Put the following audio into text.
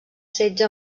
setge